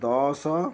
ଦଶ